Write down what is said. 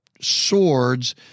swords